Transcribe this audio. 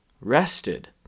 rested